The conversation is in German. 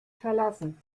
verlassen